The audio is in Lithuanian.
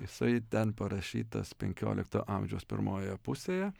jisai ten parašytas penkiolikto amžiaus pirmojoje pusėje